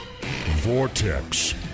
Vortex